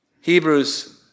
Hebrews